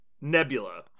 Nebula